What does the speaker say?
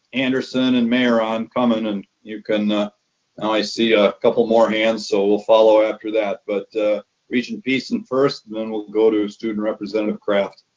anderson and mayeron comment and you can, now ah and i see a couple more hands so we'll follow after that but regent beeson first and then we'll go to student representative kraft.